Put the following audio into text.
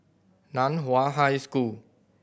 Nan Hua High School